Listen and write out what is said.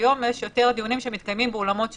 היום יש יותר דיונים שמתקיימים באולמות שב"ס,